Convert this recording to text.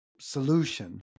solution